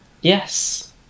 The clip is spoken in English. Yes